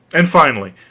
and finally,